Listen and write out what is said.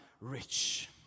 rich